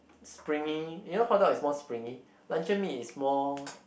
springy you know hot dog is more springy luncheon meat is more